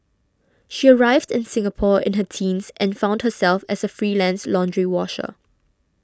she arrived in Singapore in her teens and found herself as a freelance laundry washer